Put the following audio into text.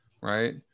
right